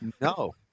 No